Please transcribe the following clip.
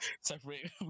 separate